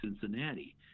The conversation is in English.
Cincinnati